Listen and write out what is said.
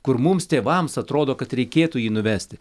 kur mums tėvams atrodo kad reikėtų jį nuvesti